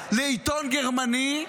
לעיתון גרמני,